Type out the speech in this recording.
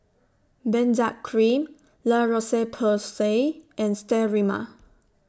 Benzac Cream La Roche Porsay and Sterimar